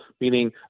Meaning